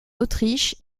autriche